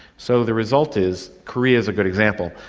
so the result is, korea is a good example,